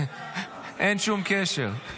אין שום קשר.